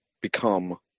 become